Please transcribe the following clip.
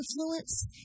influence